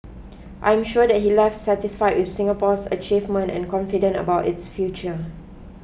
I am sure that he left satisfy with Singapore's achievement and confident about its future